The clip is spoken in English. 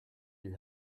you